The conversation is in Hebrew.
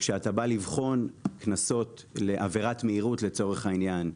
וכשאתה בא לבחון קנסות לעבירת מהירות לצורך העניין,